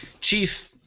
chief